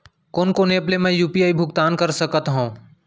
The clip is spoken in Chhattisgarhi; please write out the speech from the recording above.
कोन कोन एप ले मैं यू.पी.आई भुगतान कर सकत हओं?